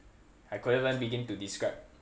I couldn't even begin to describe